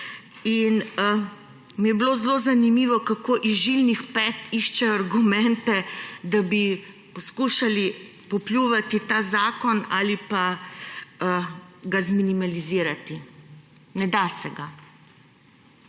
in mi je bilo zelo zanimivo, kako iz petnih žil iščejo argumente, da bi poskušali popljuvati ta zakon ali pa ga zminimizirati. Ne da se ga.